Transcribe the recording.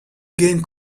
game